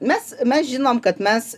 mes mes žinom kad mes